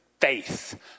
faith